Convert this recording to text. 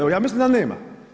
Evo ja mislim da nema.